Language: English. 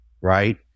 Right